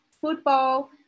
football